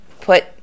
put